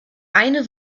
eine